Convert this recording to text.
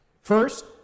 First